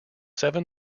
seven